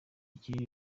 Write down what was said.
kinini